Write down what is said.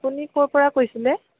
আপুনি ক'ৰপৰা কৈছিলে